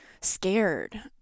scared